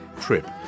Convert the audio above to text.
trip